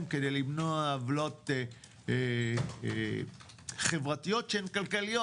כדי למנוע עוולות חברתיות שהן כלכליות.